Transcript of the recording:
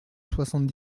soixante